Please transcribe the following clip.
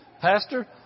Pastor